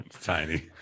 Tiny